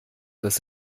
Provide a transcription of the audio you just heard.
dass